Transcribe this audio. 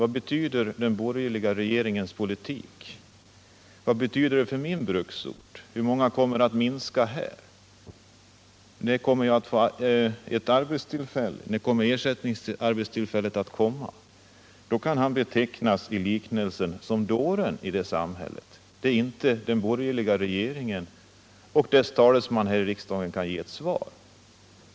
Vad betyder den borgerliga regeringens politik för min bruksort? Hur många arbetstillfällen kommer att försvinna här? När kommer jag att få ett arbetstillfälle? När kommer ersättningsarbetstillfället? En arbetare som frågar så kan, enligt Fritz Börjesson, i en liknelse betecknas som dåren i det samhället, då inte den borgerliga regeringen och dess talesman här i riksdagen kan ge något svar.